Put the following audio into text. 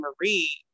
Marie